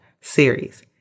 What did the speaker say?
series